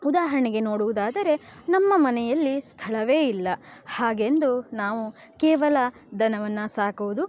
ಉದಾಹರಣೆಗೆ ನೋಡುವುದಾದರೆ ನಮ್ಮ ಮನೆಯಲ್ಲಿ ಸ್ಥಳವೇ ಇಲ್ಲ ಹಾಗೆಂದು ನಾವು ಕೇವಲ ದನವನ್ನು ಸಾಕುವುದು